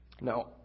Now